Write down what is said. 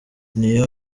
niyo